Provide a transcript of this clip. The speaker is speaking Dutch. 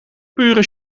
pure